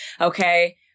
okay